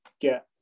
get